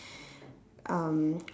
um